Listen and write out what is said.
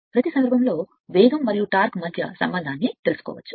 ప్రతి సందర్భంలో వేగం మరియు టార్క్ మధ్య సంబంధాన్ని తెలుసుకోవచ్చు